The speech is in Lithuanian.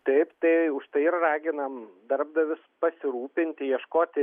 taip tai užtai ir raginam darbdavius pasirūpinti ieškoti